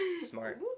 Smart